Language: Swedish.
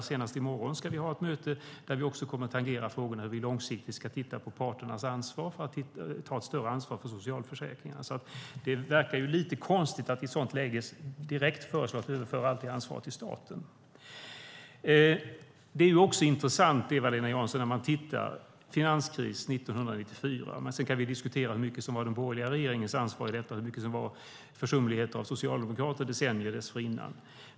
Så snart som i morgon ska vi ha ett möte där vi kommer att tangera frågorna om hur vi långsiktigt ska titta på parternas roll när det gäller att ta ett större ansvar för socialförsäkringarna. Det verkar lite konstigt att i ett sådant läge direkt föreslå att vi överför allt ansvar till staten. Det är också intressant, Eva-Lena Jansson, när man tittar på finanskrisen 1994. Vi kan diskutera hur mycket som var den borgerliga regeringens ansvar i detta och hur mycket som var försumlighet av socialdemokrater decennier dessförinnan.